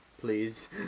please